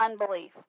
unbelief